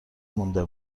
مونده